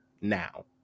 now